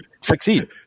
succeed